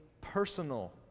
personal